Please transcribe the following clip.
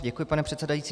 Děkuji, pane předsedající.